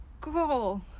cool